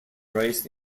raised